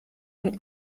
von